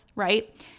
Right